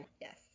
Yes